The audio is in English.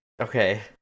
Okay